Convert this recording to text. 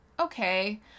okay